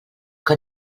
que